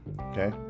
Okay